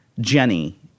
Jenny